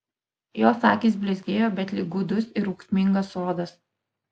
jos akys blizgėjo bet lyg gūdus ir ūksmingas sodas